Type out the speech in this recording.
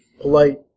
polite